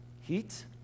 heat